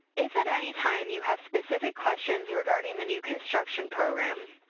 if at any time you have specific questions regarding the new construction program,